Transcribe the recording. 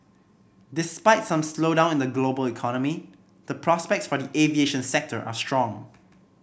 despite some slowdown in the global economy the prospects for the aviation sector are strong